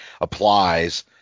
applies